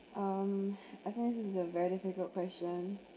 um I think this is a very difficult question